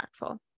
impactful